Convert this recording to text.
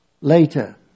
later